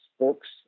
books